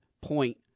point